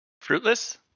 Fruitless